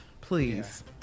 Please